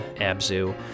Abzu